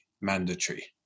mandatory